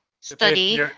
study